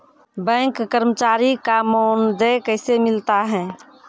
Bank कर्मचारी का मानदेय कैसे मिलता हैं?